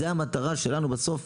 זו המטרה שלנו בסוף,